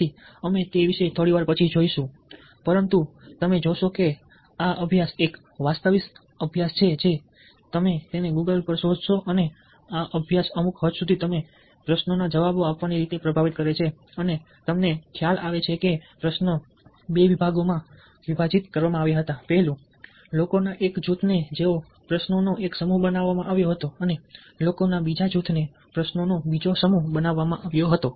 તેથી અમે તે વિશે થોડી વાર પછી જઈશું પરંતુ તમે જોશો કે આ અભ્યાસ એક વાસ્તવિક અભ્યાસ છે જો તમે તેને Google શોધશો અને આ અભ્યાસ અમુક હદ સુધી તમે પ્રશ્નોના જવાબો આપવાની રીતને પ્રભાવિત કરે છે અને તમને ખ્યાલ આવે છે કે પ્રશ્નો બે ઘટકોમાં વિભાજિત કરવામાં આવ્યા હતા પેલુ લોકોના એક જૂથને પ્રશ્નોનો એક સમૂહ આપવામાં આવ્યો હતો અને લોકોના બીજા જૂથને પ્રશ્નોનો બીજો સમૂહ આપવામાં આવ્યો હતો